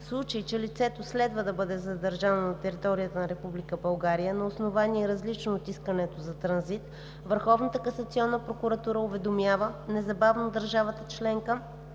В случай че лицето следва да бъде задържано на територията на Република България на основание, различно от искането за транзит, Върховната касационна прокуратура уведомява незабавно държавата членка,